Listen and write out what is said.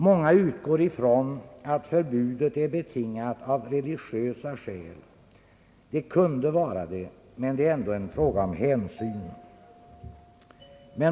Många utgår från att förbudet är betingat av religiösa skäl. Det kunde vara det, men det är ändå en fråga om hänsyn.